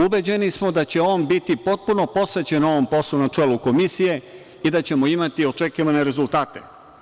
Ubeđeni smo da će on biti potpuno posvećen ovom poslu na čelu komisije i da ćemo imati očekivane rezultate.